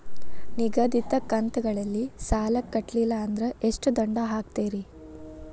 ನಿಗದಿತ ಕಂತ್ ಗಳಲ್ಲಿ ಸಾಲ ಕಟ್ಲಿಲ್ಲ ಅಂದ್ರ ಎಷ್ಟ ದಂಡ ಹಾಕ್ತೇರಿ?